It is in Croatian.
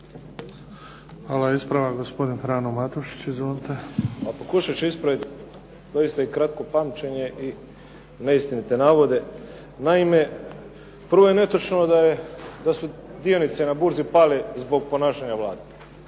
Hvala. Ispravak, gospodin Frano Matušić. Izvolite. **Matušić, Frano (HDZ)** Pa pokušati ću ispraviti doista i kratko pamćenje i neistinite navode. Naime, prvo je netočno da su dionice na burzi pale zbog ponašanja Vlade.